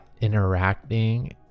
interacting